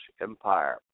Empire